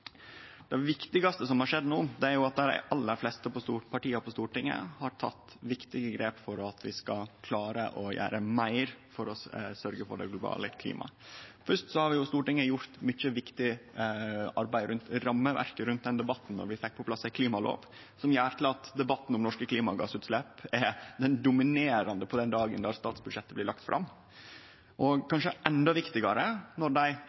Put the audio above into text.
Det viktigaste som har skjedd no, er at dei aller fleste partia på Stortinget har teke viktige grep for at vi skal klare å gjere meir for å sørgje for det globale klimaet. Fyrst har Stortinget gjort mykje viktig arbeid med rammeverket rundt denne debatten, då vi fekk på plass ei klimalov som gjer at debatten om norske klimagassutslepp er den dominerande på den dagen då statsbudsjettet blir lagt fram. Og kanskje endå viktigare er det når dei